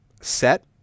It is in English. set